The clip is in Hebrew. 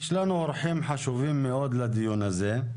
יש לנו אורחים חשובים מאוד לדיון הזה.